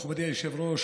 תודה, מכובדי היושב-ראש.